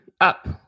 up